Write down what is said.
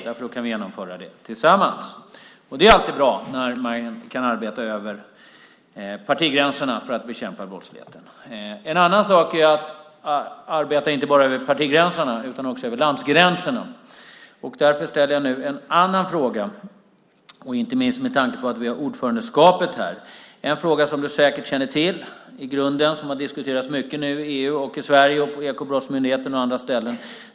Då kan vi genomföra detta tillsammans, och det är ju alltid bra när man kan arbeta över partigränserna för att bekämpa brottsligheten. En annan sak är att arbeta inte bara över partigränserna, utan också över landgränserna. Därför ställer jag nu en annan fråga, inte minst med tanke på att vi snart har ordförandeskapet här. Det är en fråga som du säkert känner till i grunden och som har diskuterats mycket nu i EU, i Sverige, på Ekobrottsmyndigheten och på andra ställen.